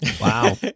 wow